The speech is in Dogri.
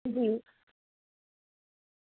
जी